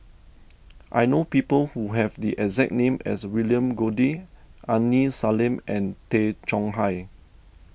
I know people who have the exact name as William Goode Aini Salim and Tay Chong Hai